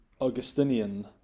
Augustinian